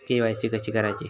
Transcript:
KYC कशी करायची?